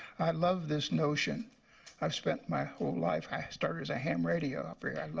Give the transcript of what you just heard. i love this notion. i have spent my whole life i started as a ham radio operator.